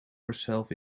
herself